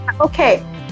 Okay